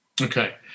Okay